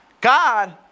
God